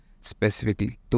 Specifically